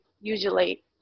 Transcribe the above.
usually